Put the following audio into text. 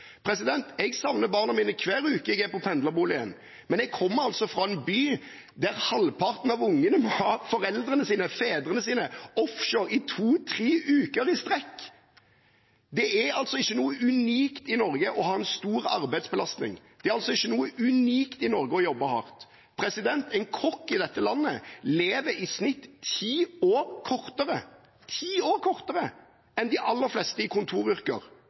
Jeg savner barna mine hver uke jeg er i pendlerboligen, men jeg kommer fra en by hvor halvparten av ungene har foreldrene sine, fedrene sine, offshore i to–tre uker i strekk. Det er altså ikke noe unikt i Norge å ha en stor arbeidsbelastning. Det er altså ikke noe unikt i Norge å jobbe hardt. En kokk i dette landet lever i snitt ti år kortere – ti år kortere – enn de aller fleste i kontoryrker.